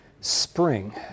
spring